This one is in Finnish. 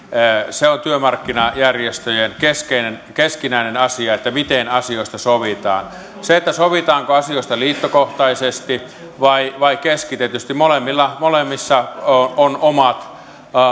se on työmarkkinajärjestöjen keskinäinen asia että miten asioista sovitaan sovitaanko asioista liittokohtaisesti vai vai keskitetysti molemmissa molemmissa on omat